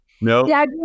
No